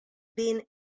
been